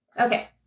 Okay